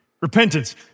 Repentance